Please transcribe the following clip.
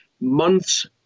months